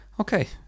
Okay